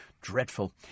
Dreadful